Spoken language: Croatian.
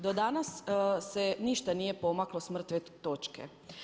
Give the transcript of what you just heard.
Do danas se ništa nije pomaklo sa mrtve točke.